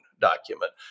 document